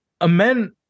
Amen